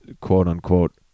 quote-unquote